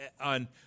on